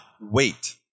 Wait